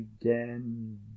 again